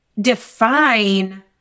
define